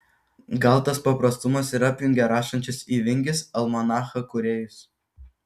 gal tas paprastumas ir apjungia rašančius į vingis almanachą kūrėjus